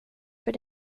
för